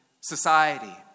society